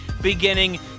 beginning